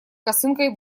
косынкой